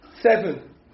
seven